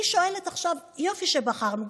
אני שואלת עכשיו: יופי שבחרנו,